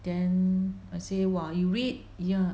then I say !wah! you read ya